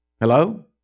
Hello